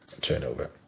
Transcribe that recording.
turnover